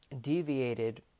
deviated